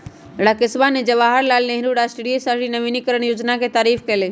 राकेशवा ने जवाहर लाल नेहरू राष्ट्रीय शहरी नवीकरण योजना के तारीफ कईलय